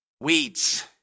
weeds